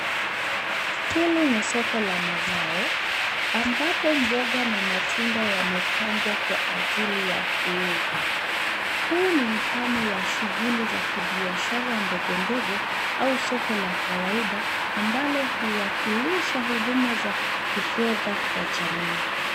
Hili ni soko la mazao, ambapo mboga na matunda yamepangwa kwa ajili ya kuuzwa. Huu ni mfano wa shughuli za kibiashara, ndogo ndogo au soko la kawaida ambalo huwakilisha huduma za kifedha kwa jamii.